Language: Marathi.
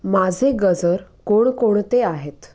माझे गजर कोणकोणते आहेत